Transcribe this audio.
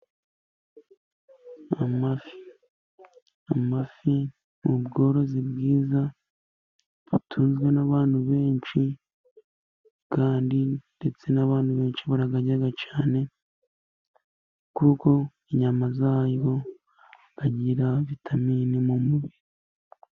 Amafi, amafi niubworozi bwiza batunzwe n'abantu benshi, kandi ndetse n'abantu benshi barayarya cyane, kuko inyama zayo zigira vitamine mu mubiri.